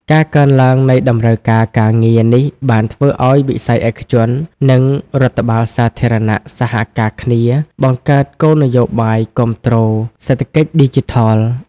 ការកើនឡើងនៃតម្រូវការការងារនេះបានធ្វើឱ្យវិស័យឯកជន និងរដ្ឋបាលសាធារណៈសហការគ្នាបង្កើតគោលនយោបាយគាំទ្រសេដ្ឋកិច្ចឌីជីថល។